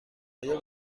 آیا